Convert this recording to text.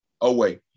away